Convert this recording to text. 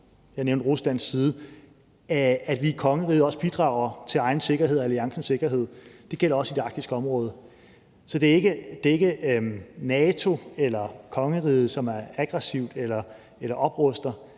jeg nævnte Rusland tidligere – at vi i kongeriget også bidrager til egen sikkerhed og alliancens sikkerhed. Det gælder også i det arktiske område. Så det er ikke NATO eller kongeriget, som er aggressiv eller opruster.